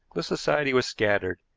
the society was scattered,